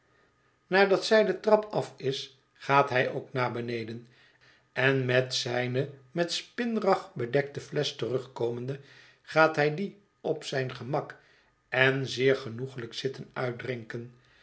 nadat zij de trap af is gaat hij ook naar beneden en met zijne met spinrag bedekte flesch terugkomende gaat hij die op zijn gemak en zeer genoeglijk zitten uitdrinken